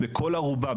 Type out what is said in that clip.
לכל ארובה,